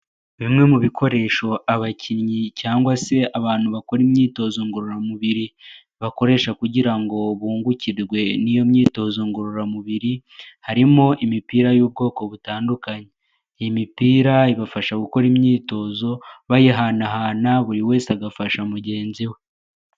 Bimwe mu bikoresho abakinnyi cyangwa se abantu bakora imyitozo ngororamubiri bakoresha, kugira ngo bungukirwe n'iyo myitozo ngororamubiri harimo imipira y'ubwoko butandukanye, iyi imipira ibafasha gukora imyitozo bayihanahana buri wese agafasha mugenzi we.